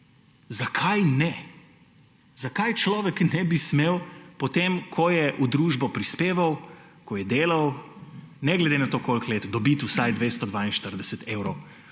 Zakaj ne? Zakaj človek ne bi smel po tem, ko je v družbo prispeval, ko je delal ne glede koliko let, dobiti vsaj 442 evrov